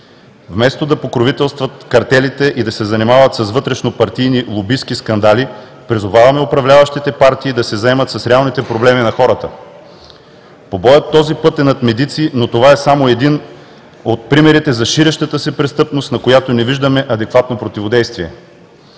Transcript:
Вместо да покровителстват картелите и да се занимават с вътрешнопартийни лобистки скандали, призоваваме управляващите партии да се заемат с реалните проблеми на хората. Побоят този път е над медици, но това е само един от примерите за ширещата се престъпност, на която не виждаме адекватно противодействие.